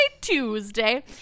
Tuesday